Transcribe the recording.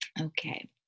Okay